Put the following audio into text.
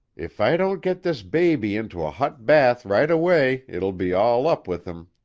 if i don't get this baby into a hot bath right away it'll be all up with him.